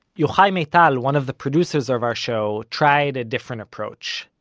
yochai maital, one of the producers of our show, tried a different approach.